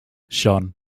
shone